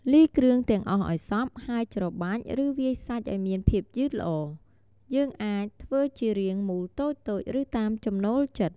លាយគ្រឿងទាំងអស់ឱ្យសព្វ ហើយច្របាច់ ឬវាយសាច់ឱ្យមានភាពយឺតល្អ។យើងអាចធ្វើជារាងមូលតូចៗ ឬតាមចំណូលចិត្ត។